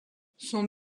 son